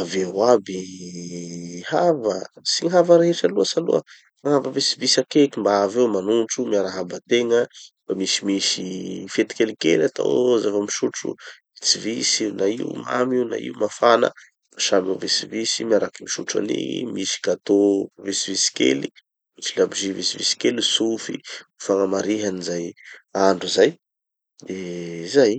avy eo abyyyy hava, tsy gny hava rehetra loatsy aloha fa mba vitsivitsy akeky mba evy eo magnotro miaraha ategna, mba misimisy fety kelikely atao eo, zava-m[p]isotro vitsivitsy na io mamy io na io mafana, samy mivetsivetsy miaraky misotro anigny. Misy gateau vitsivitsy kely, misy labozy vitsivitsy kely tsofy ho fagnamariha anizay andro zay. De zay.